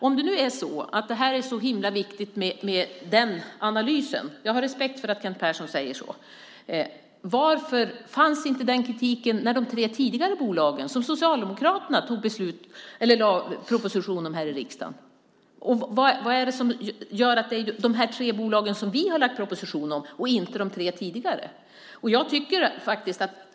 Om det är så himla viktigt med en analys - jag har respekt för att Kent Persson tycker så - varför fanns inte den kritiken när det gäller de bolag som Socialdemokraterna lade fram en proposition om här i riksdagen? Vad är det som gör att det gäller de här tre bolagen som vi har lagt fram en proposition om och inte de tre tidigare?